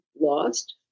lost